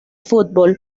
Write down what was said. fútbol